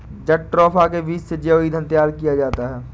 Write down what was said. jatropha के बीज से जैव ईंधन तैयार किया जाता है